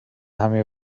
همهی